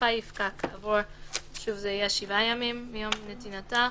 ותוקפה יפקע כעבור שבעה ימים מיום נתינתה,